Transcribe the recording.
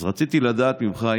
רציתי לדעת ממך,